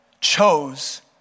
chose